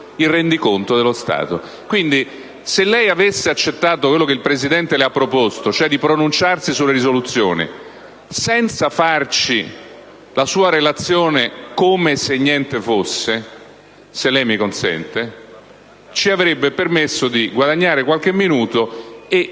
il Rendiconto dello Stato. Quindi, se lei avesse accettato quello che il Presidente le ha proposto, cioè di pronunciarsi sulle proposte di risoluzione, senza farci la sua relazione come se niente fosse (se lei mi consente), ci avrebbe permesso di guadagnare qualche minuto, e